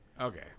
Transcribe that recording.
Okay